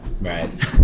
Right